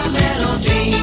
melody